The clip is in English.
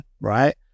right